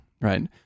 right